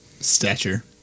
Stature